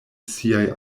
siaj